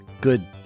good